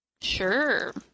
sure